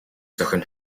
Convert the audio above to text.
зохино